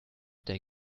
they